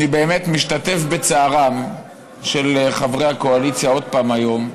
אני באמת משתתף בצערם של חברי הקואליציה עוד פעם היום,